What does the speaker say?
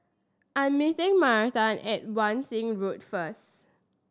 I'm meeting Myrta at Wan Shih Road first